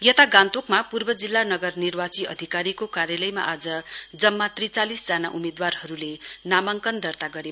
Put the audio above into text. यता गान्तोकमा पूर्व जिल्ला नगर निर्वाची अधिकारीको कार्यालयमा आज जम्मा त्रिचालिस उम्मेदवारहरुले नामाङ्कन दर्ता गरे